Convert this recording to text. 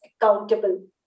accountable